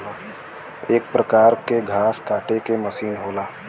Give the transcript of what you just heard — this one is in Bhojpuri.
एक परकार के घास काटे के मसीन होला